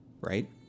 right